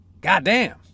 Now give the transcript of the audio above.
goddamn